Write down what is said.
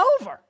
over